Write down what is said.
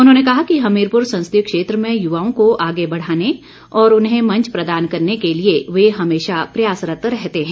उन्होंने कहा कि हमीरपुर संसदीय क्षेत्र में युवाओं को आगे बढ़ाने और उन्हें मंच प्रदान करने के लिए वे हमेशा प्रयासरत रहते हैं